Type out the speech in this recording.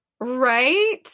Right